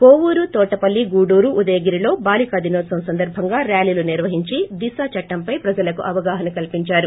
కోవూరు తోటపల్లి గూడురు ఉదయగిరిలో బాలీకా దినోత్సవం సందర్బంగా ర్వాలీలు నిర్వహించి దిశ చట్టంపై ప్రజలకు అవగాహన కల్పించారు